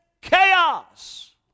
chaos